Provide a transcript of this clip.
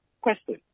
Question